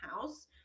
house